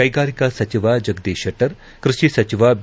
ಕೈಗಾರಿಕಾ ಸಚಿವ ಜಗದೀಶ್ ಶೆಟ್ಟರ್ ಕೃಷಿ ಸಚಿವ ಬಿ